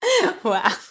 Wow